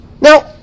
Now